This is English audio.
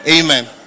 Amen